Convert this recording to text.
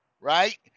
right